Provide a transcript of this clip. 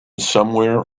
somewhere